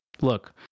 Look